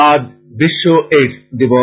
আজ বিশ্ব এইডস দিবস